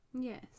Yes